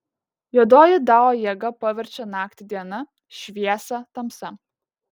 juodoji dao jėga paverčia naktį diena šviesą tamsa